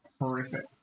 horrific